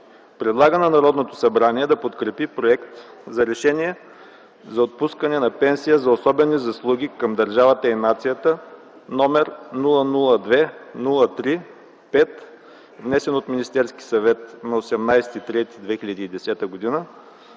Предлага на Народното събрание да подкрепи проект за Решение за отпускане на пенсия за особени заслуги към държавата и нацията, № 002-03-5, внесен от Министерския съвет на 18 март 2010 г.